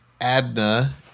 Adna